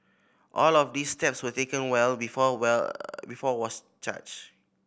all of these steps were taken well before well before was charged